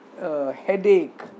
headache